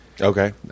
okay